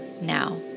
now